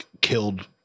killed